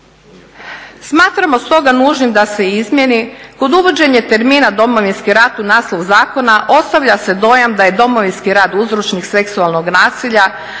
Smatramo stoga nužnim da se izmijeni kod uvođenja termina Domovinski rat u naslovu zakona ostavlja se dojam da je Domovinski rat uzročnik seksualnog nasilja